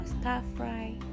star-fry